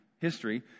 history